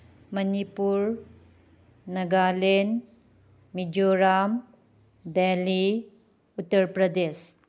Manipur Nagaland Mizoram Delhi Uttar Pradesh